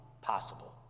possible